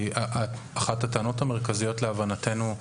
אחת הטענות המרכזיות, להבנתנו,